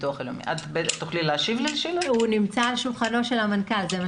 אני יודעת שהוא על שולחנו של המנכ"ל.